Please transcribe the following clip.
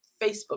Facebook